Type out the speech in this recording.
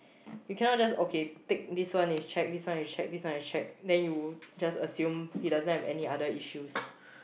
you cannot just okay tick this one is checked this one is checked this one is checked then you just assume he doesn't have any other issues